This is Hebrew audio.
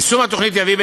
יישום התוכנית יביא,